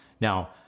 Now